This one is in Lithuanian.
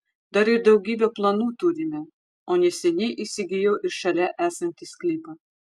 dar ir daugybę planų turime o neseniai įsigijau ir šalia esantį sklypą